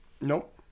Nope